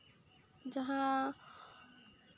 ᱡᱟᱦᱟᱸ